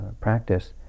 practice